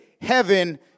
heaven